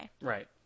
Right